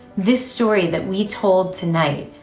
this story that we told tonight,